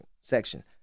section